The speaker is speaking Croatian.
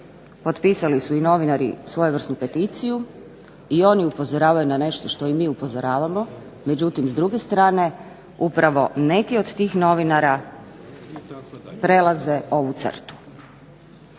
Potpisali su i novinari svojevrsnu peticiju i oni upozoravaju na nešto što i mi upozoravamo, međutim s druge strane upravo nekih od tih novinara prelaze ovu crtu.